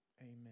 amen